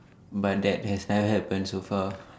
but that has never happened so far